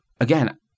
Again